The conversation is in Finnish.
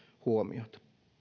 huomiota